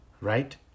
right